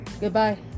goodbye